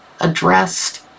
addressed